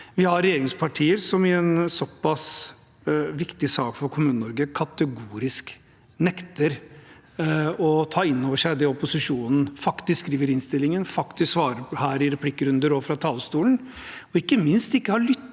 vi har regjeringspartier som i en såpass viktig sak for Kommune-Norge kategorisk nekter å ta inn over seg det opposisjonen faktisk skriver i innstillingen og faktisk svarer på her i replikkrunder og fra talerstolen, og ikke minst over at